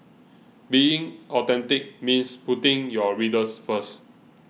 being authentic means putting your readers first